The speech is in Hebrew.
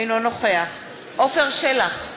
אינו נוכח עפר שלח,